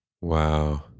Wow